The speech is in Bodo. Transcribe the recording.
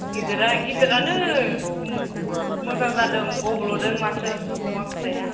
गिदिरा गिदिरानो मोजां जादों गब्ल'दों माथो अमा फिसाया